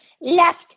left